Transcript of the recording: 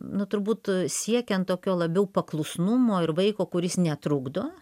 nu turbūt siekiant tokio labiau paklusnumo ir vaiko kuris netrukdo